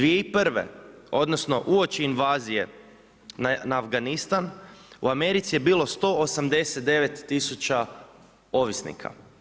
2001., odnosno uoči invazije na Afganistan u Americi je bilo 189 tisuća ovisnika.